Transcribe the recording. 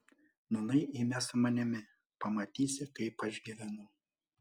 nūnai eime su manimi pamatysi kaip aš gyvenu